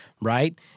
Right